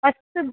अस्तु